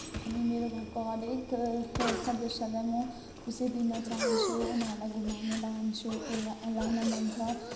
अनि मेरो घरको हरेक सदस्यलाई म खुसी दिन चाहन्छु उनीहरूलाई घुमाउन लान्छु लान मन छ